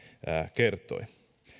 kertoi